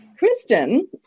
Kristen